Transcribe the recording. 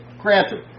granted